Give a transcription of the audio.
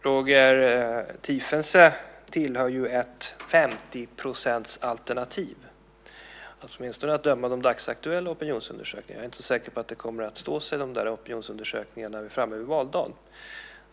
Roger Tiefensee tillhör ju ett 50-procentsalternativ, åtminstone att döma av de dagsaktuella opinionsundersökningarna - jag är inte säker på att de opinionsundersökningarna kommer att stå sig när vi är framme vid valdagen.